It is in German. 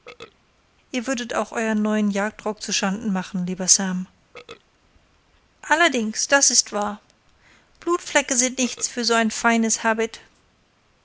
ihr würdet auch euern neuen jagdrock zu schanden machen lieber sam allerdings das ist wahr blutflecke sind nichts für ein so feines habit